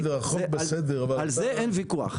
על זה אין ויכוח.